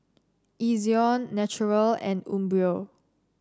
Ezion Naturel and Umbro